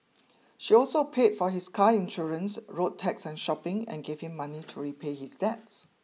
she also paid for his car insurance road tax and shopping and gave him money to repay his debts